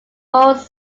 both